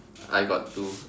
I got two